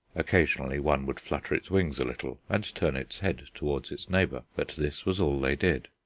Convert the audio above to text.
occasionally one would flutter its wings a little and turn its head towards its neighbour but this was all they did.